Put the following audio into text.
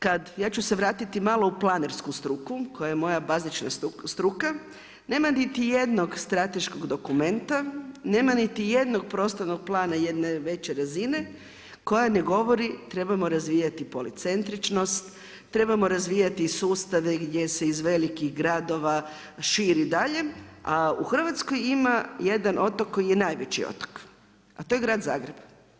Kad, ja ću se vratiti malo u planersku struku koja je maja bazična struka, nema niti jednog strateškog dokumenta, nema niti jednog prostornog plana jedne veće razine koja ne govori trebamo razvijati policentričnost, trebamo razvijati i sustave gdje se iz velikih gradova širi dalje a u Hrvatskoj ima jedan otok koji je najveći otok a to je grad Zagreb.